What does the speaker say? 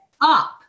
up